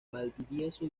valdivieso